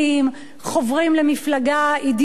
חוברים למפלגה אידיאולוגית,